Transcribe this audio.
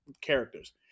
characters